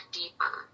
deeper